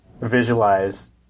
visualize